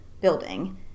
building